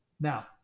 Now